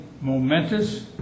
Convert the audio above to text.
momentous